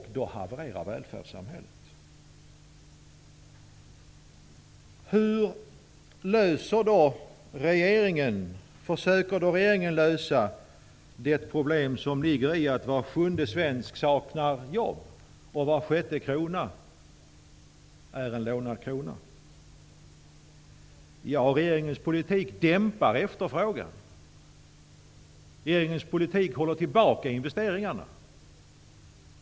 Då havererar välfärdssamhället. Hur försöker då regeringen lösa det problem som ligger i att var sjunde svensk saknar jobb och var sjätte krona är en lånad krona? Ja, regeringens politik dämpar efterfrågan. Regeringens politik håller tillbaka investeringarna.